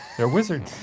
they're wizards.